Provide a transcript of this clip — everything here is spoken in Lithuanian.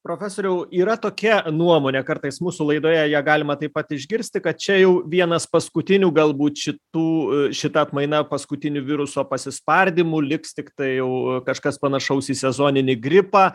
profesoriau yra tokia nuomonė kartais mūsų laidoje ją galima taip pat išgirsti kad čia jau vienas paskutinių galbūt šitų šita atmaina paskutinių viruso pasispardymų liks tiktai jau kažkas panašaus į sezoninį gripą